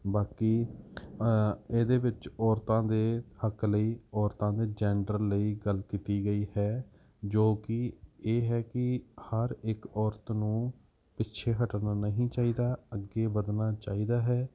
ਬਾਕੀ ਇਹਦੇ ਵਿੱਚ ਔਰਤਾਂ ਦੇ ਹੱਕ ਲਈ ਔਰਤਾਂ ਦੇ ਜੈਂਡਰ ਲਈ ਗੱਲ ਕੀਤੀ ਗਈ ਹੈ ਜੋ ਕਿ ਇਹ ਹੈ ਕਿ ਹਰ ਇੱਕ ਔਰਤ ਨੂੰ ਪਿੱਛੇ ਹੱਟਣਾ ਨਹੀਂ ਚਾਹੀਦਾ ਅੱਗੇ ਵਧਣਾ ਚਾਹੀਦਾ ਹੈ